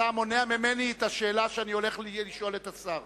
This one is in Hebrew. אתה מונע ממני לשאול את השאלה שאני הולך לשאול את השר.